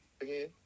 again